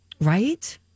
Right